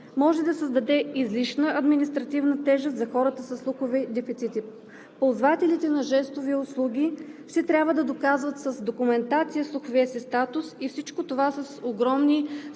може да създаде излишна административна тежест за хората със слухови дефицити, ползвателите на жестови услуги ще трябва да доказват с документация слуховия си статус – всичко това е с огромни